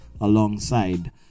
alongside